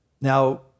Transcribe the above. Now